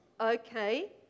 okay